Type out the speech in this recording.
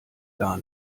gar